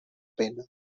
pena